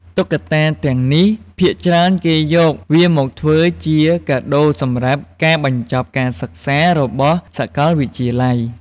តុក្កតាទាំងនេះ ភាគច្រើនគេយកវាមកធ្វើជាកាដូសម្រាប់ការបញ្ចប់ការសិក្សារបស់សាកលវិទ្យាល័យ។